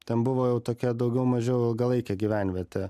ten buvo jau tokia daugiau mažiau ilgalaikė gyvenvietė